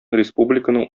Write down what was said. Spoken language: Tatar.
республиканың